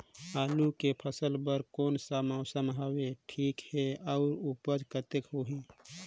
आलू के फसल बर कोन सा मौसम हवे ठीक हे अउर ऊपज कतेक होही?